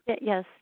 Yes